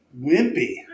wimpy